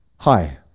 Hi